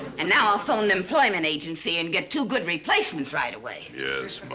and now i'll phone the employment agency, and get two good replacements right away. yes,